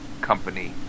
company